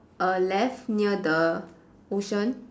a left near the ocean